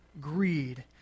Greed